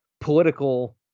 political